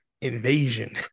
invasion